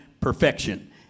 perfection